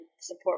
support